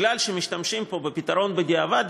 מפני שמשתמשים פה בפתרון בדיעבד,